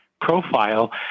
profile